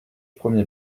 premier